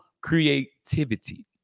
creativity